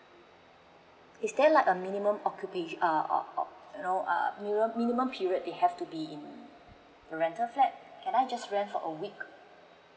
is there like a minimum or could be a or you know uh minimum period they have to be in um renter flat can I just rent for a week